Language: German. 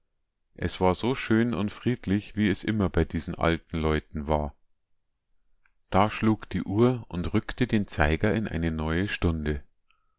es war so schön und friedlich wie es immer bei diesen alten leuten war da schlug die uhr und rückte den zeiger in eine neue stunde